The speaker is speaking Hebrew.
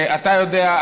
אתה יודע,